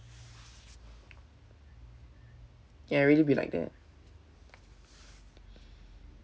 ya it really be like that